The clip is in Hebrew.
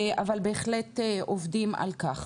אבל בהחלט עובדים על כך.